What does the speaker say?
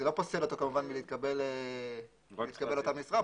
לא פוסל אותו כמובן מלהתקבל לאותה משרה,